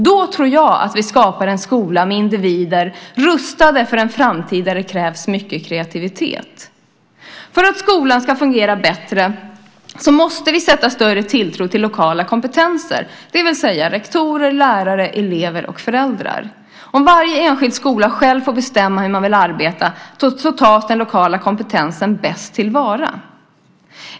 Då tror jag att vi skapar en skola med individer som är rustade för en framtid där det krävs mycket kreativitet. För att skolan ska fungera bättre måste vi sätta större tilltro till lokala kompetenser, det vill säga rektorer, lärare, elever och föräldrar. Om varje enskild skola själv får bestämma hur man vill arbeta tas den lokala kompetensen bäst till vara.